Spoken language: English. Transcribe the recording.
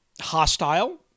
hostile